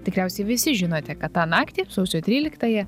tikriausiai visi žinote kad tą naktį sausio tryliktąją